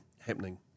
happening